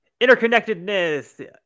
interconnectedness